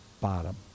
bottom